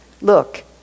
look